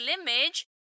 image